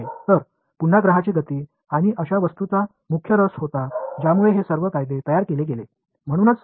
எனவே மீண்டும் கிரகங்கள் மற்றும் அத்தகைய பொருட்களின் இயக்கத்தைப் பற்றிய ஆர்வம் இந்த மாதிரியான அனைத்து விதிகளை வகுக்க வழிவகுத்தது